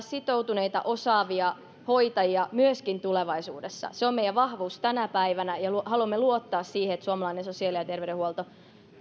sitoutuneita osaavia hoitajia myöskin tulevaisuudessa se on meidän vahvuutemme tänä päivänä ja haluamme luottaa siihen että suomalainen sosiaali ja terveydenhuolto